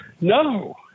No